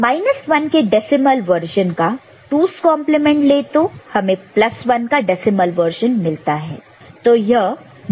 तो 1 के decimal version का 2's कंप्लीमेंट 2's complement ले तो हमें 1 का डेसिमल वर्शन मिलता है